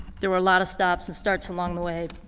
there were a lot of stops and starts along the way,